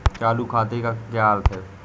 चालू खाते का क्या अर्थ है?